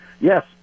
yes